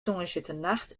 tongersdeitenacht